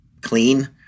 clean